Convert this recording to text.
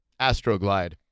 Astroglide